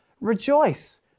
rejoice